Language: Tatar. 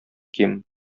ким